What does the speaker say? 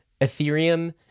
Ethereum